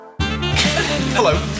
Hello